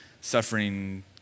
suffering